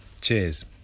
cheers